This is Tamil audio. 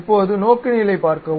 இப்போது நோக்குநிலையைப் பார்க்கவும்